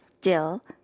dill